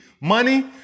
money